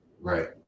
Right